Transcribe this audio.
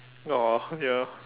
!aww! ya